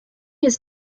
his